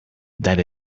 that